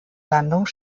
landung